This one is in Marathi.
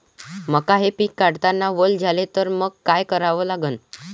मका हे पिक काढतांना वल झाले तर मंग काय करावं लागन?